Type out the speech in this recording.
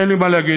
אין לי מה להגיד.